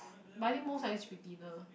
but I think most likely should be dinner